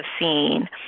seen